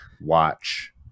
watch